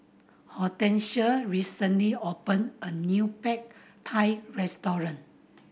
Hortensia recently opened a new Pad Thai Restaurant